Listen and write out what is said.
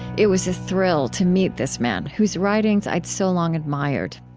it was a thrill to meet this man, whose writings i'd so long admired.